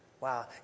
Wow